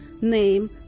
name